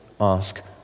ask